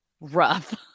rough